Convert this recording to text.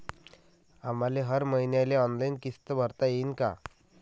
आम्हाले हर मईन्याले ऑनलाईन किस्त भरता येईन का?